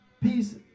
peace